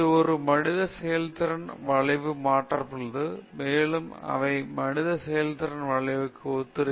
எனவே இது ஒரு மனித செயல்திறன் வளைவுக்கு மாற்றப்பட்டுள்ளது மேலும் அவை மனித செயல்திறன் வளைவுக்கும் ஒத்திருக்கிறது என்று அவர்கள் கூறுகின்றனர்